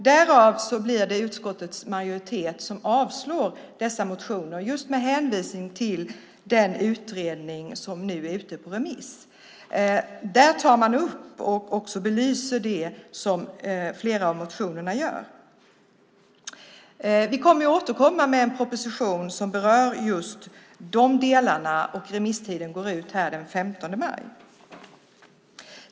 Därav avstyrker utskottets majoritet dessa motioner, just med hänvisning till den utredning som nu är ute på remiss. Där tar man också upp och belyser det som flera av motionerna berör. Regeringen kommer att återkomma med en proposition som berör just de delarna. Remisstiden går ut den 15 maj.